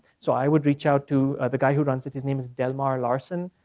so i would reach out to the guy who runs it. his name is delmar larsen.